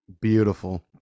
Beautiful